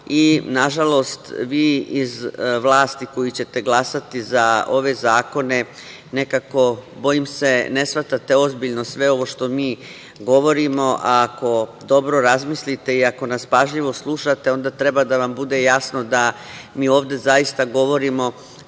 Nažalost, vi iz vlasti, koji ćete glasati za ove zakone, nekako bojim se ne shvatate ozbiljno sve ovo što mi govorimo. Ako dobro razmislite i ako nas pažljivo slušate, onda treba da vam bude jasno da mi ovde zaista govorimo